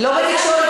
לא בתקשורת,